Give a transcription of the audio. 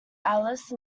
alice